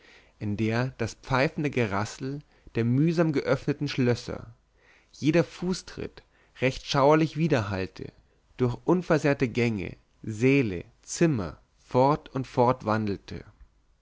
in der das pfeifende gerassel der mühsam geöffneten schlösser jeder fußtritt recht schauerlich widerhallte durch unversehrte gänge säle zimmer fort und fort wandelte